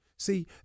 See